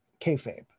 kayfabe